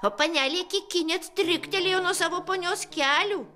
o panelė kiki net stryktelėjo nuo savo ponios kelių